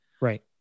right